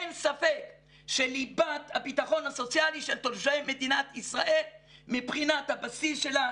אין ספק שליבת הביטחון הסוציאלי של תושבי מדינת ישראל מבחינת הבסיס שלה,